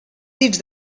dits